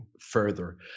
further